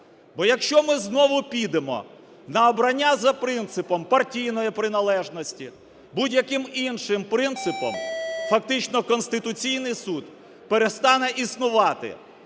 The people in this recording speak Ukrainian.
Бо, якщо ми знову підемо на обрання за принципом партійної приналежності, будь-яким іншим принципам, фактично Конституційний Суд перестане існувати,